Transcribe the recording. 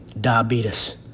diabetes